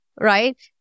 Right